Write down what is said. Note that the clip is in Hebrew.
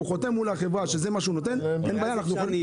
חותם מול החברה שזה מה שהוא נותן ואין בעיה.